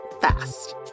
fast